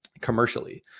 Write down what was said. commercially